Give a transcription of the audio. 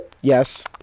Yes